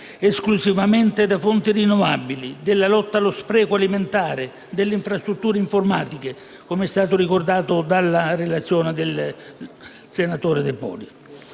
esclusivamente da fonti rinnovabili; della lotta allo spreco alimentare e delle infrastrutture informatiche, come ricordato nella relazione del senatore De Poli.